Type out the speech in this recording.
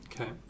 Okay